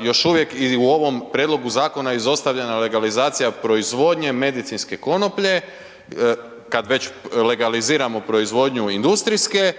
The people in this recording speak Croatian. još uvijek i u ovom prijedlogu zakona izostavljena legalizacija proizvodnje medicinske konoplje, kad već legaliziramo proizvodnju industrijske